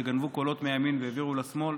שגנבו קולות מהימין והעבירו לשמאל,